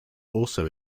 also